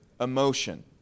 emotion